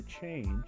change